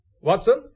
Watson